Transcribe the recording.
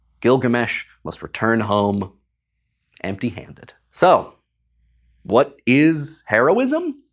gilgamesh must return home empty handed. so what is heroism?